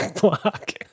block